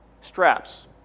straps